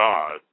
God